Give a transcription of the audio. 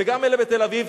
וגם אלה בתל-אביב,